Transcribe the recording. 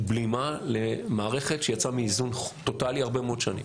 בלימה למערכת שיצאה מאיזון טוטלי הרבה מאוד שנים.